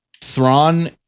Thrawn